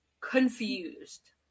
confused